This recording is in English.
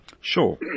Sure